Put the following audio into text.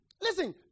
Listen